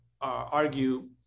argue